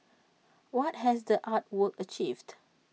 what has the art work achieved